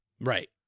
Right